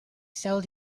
sold